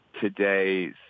today